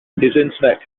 internet